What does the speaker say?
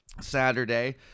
Saturday